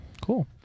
Cool